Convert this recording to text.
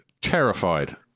terrified